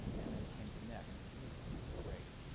and then came to next. and he's he's great.